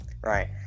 Right